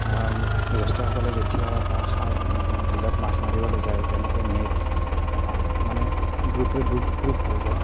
জ্যেষ্ঠসকলে যেতিয়া বা খাল বিলত মাছ মাৰিবলৈ যায় যেনেকৈ নেট মানে গ্ৰোপ গ্ৰোপ গ্ৰোপ গ্ৰোপ হৈ যায়